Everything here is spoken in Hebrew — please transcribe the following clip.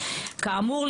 כאמור,